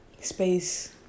space